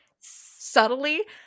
subtly